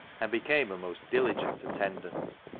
and became a most diligent attendant.